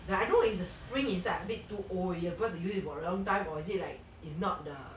like I know it's the spring inside a bit too old already because I use it for a very long time or is it like is not the